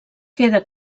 queda